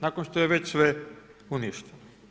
Nakon što je već sve uništeno.